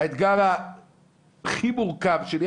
האתגר הכי מורכב שלי.